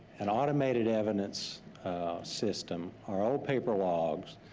an automated evidence system, our old paper logs,